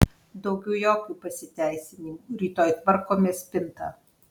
daugiau jokių pasiteisinimų rytoj tvarkome spintą